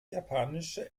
japanische